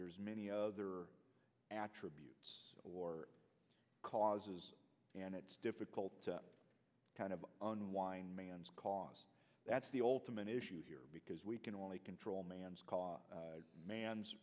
that many other attribute or causes and it's difficult to kind of unwind man's cause that's the ultimate issue here because we can only control man's caught man's